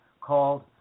called